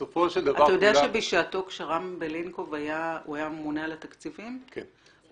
אתה יודע שבשעתו כשרני בלינקוב היה ממונה על התקציבים הוא